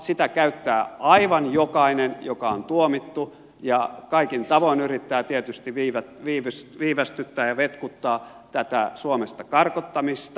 sitä käyttää aivan jokainen joka on tuomittu ja kaikin tavoin yrittää tietysti viivästyttää ja vetkuttaa tätä suomesta karkottamista